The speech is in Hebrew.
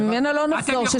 וממנה לא נחזור,